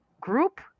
group